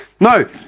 No